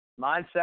mindset